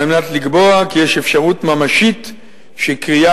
על מנת לקבוע כי יש אפשרות ממשית שקריאה